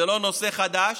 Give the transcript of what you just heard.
זה לא נושא חדש